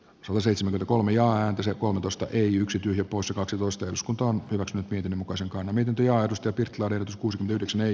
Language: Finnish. sun seitsemän kolme ja entisiä kulutusta ei yksi poissa kaksitoista jos kuntoon jos nyt miten muka se miten työ aidosti pyrkivä reilut kuusi yhdeksän ei